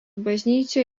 bažnyčia